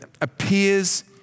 appears